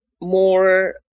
more